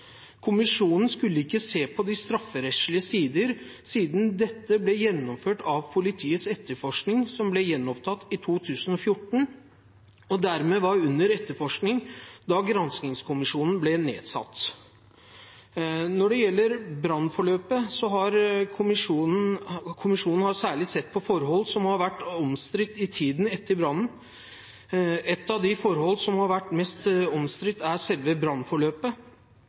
Kommisjonen skulle ikke se på de strafferettslige sider, siden dette ble gjennomført ved politiets etterforskning, som ble gjenopptatt i 2014. Dermed var saken under etterforskning da granskningskommisjonen ble nedsatt. Når det gjelder brannforløpet, har kommisjonen særlig sett på forhold som har vært omstridt i tiden etter brannen. Et av de forhold som har vært mest omstridt, er selve brannforløpet.